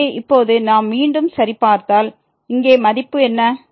எனவே இப்போது நாம் மீண்டும் சரிபார்த்தால் இங்கே மதிப்பு என்ன